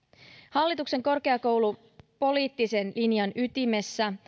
hallituksen korkeakoulupoliittisen linjan ytimessä